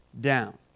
down